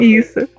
isso